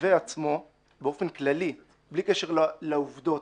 המתווה עצמו באופן כללי בלי קשר לכל עובדה